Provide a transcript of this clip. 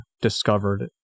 discovered